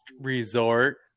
resort